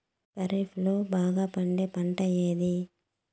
ఖరీఫ్ లో బాగా పండే పంట ఏది?